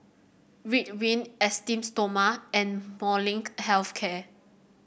Ridwind Esteem Stoma and Molnylcke Health Care